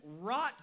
rot